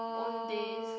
Owndays